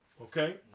Okay